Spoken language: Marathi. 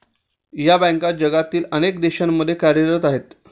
या बँका जगातील अनेक देशांमध्ये कार्यरत आहेत